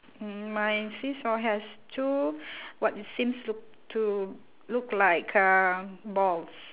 my seesaw has two what seems to to look like um balls